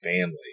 family